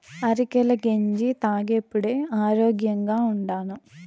అరికెల గెంజి తాగేప్పుడే ఆరోగ్యంగా ఉండాను